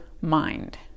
mind